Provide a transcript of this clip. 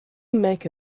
make